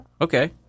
Okay